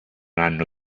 hanno